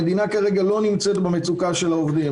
המדינה לא נמצאת במצוקה של העובדים.